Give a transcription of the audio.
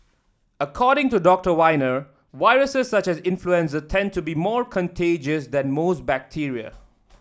according to Doctor Wiener viruses such as influenza tend to be more contagious than most bacteria